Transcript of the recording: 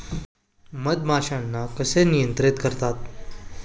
मधमाश्यांना कसे नियंत्रित करतात?